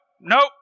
nope